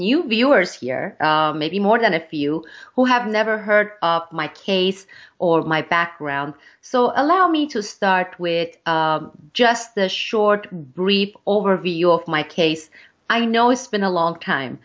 new viewers here maybe more than a few who have never heard of my case or my background so allow me to start with just a short brief overview of my case i know it's been a long